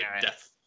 death